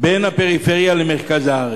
בין הפריפריה למרכז הארץ.